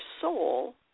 soul